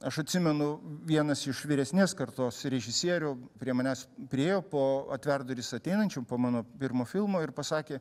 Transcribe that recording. aš atsimenu vienas iš vyresnės kartos režisierių prie manęs priėjo po atverk duris ateinančiam po mano pirmo filmo ir pasakė